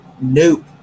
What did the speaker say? Nope